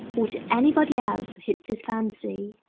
or to anybody else who hits his fancy.